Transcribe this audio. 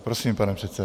Prosím, pane předsedo.